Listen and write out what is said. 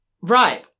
Right